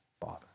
Father